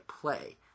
play